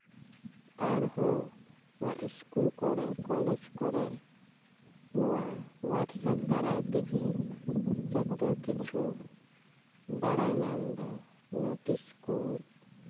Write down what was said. ᱟᱨᱦᱚᱸ ᱱᱚᱣᱟ ᱥᱠᱩᱞ ᱠᱚᱨᱮ ᱠᱚᱞᱮᱡᱽ ᱠᱚᱨᱮ ᱱᱚᱣᱟ ᱣᱟᱴᱥᱮᱯ ᱫᱟᱨᱟᱭ ᱛᱮᱜᱮ ᱡᱚᱛᱚ ᱠᱤᱪᱷᱩ ᱵᱟᱲᱟᱭ ᱧᱟᱢᱫᱟ ᱱᱳᱴᱤᱥ ᱠᱩᱡ